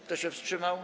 Kto się wstrzymał?